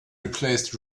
replaced